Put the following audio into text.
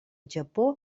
japó